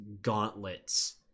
gauntlets